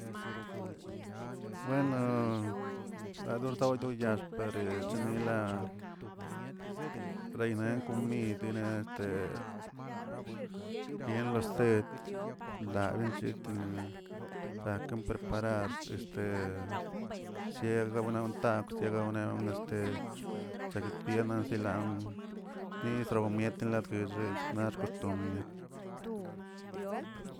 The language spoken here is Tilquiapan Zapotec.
Bueno ladordoyaax rechinila, reyna komid este kien loset lavan chitene rakan preparar este siegbenawna tab siegbenawna este chaguetbiena de lam nisrawmiet latguexres naꞌ xkoxtommniaꞌ.